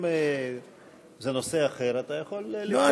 אם זה נושא אחר, אתה יכול לבחור שלא לענות במקום.